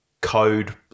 code